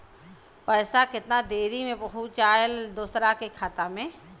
पैसा कितना देरी मे पहुंचयला दोसरा के खाता मे?